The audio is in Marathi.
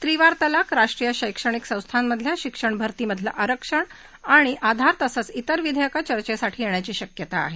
त्रिवार तलाक राष्ट्रीय शैक्षणिक संस्थामधल्या शिक्षक भरतीमधलं आरक्षण आधार तसंच इतर विधेयकं चर्चेसाठी येण्याची शक्यता आहे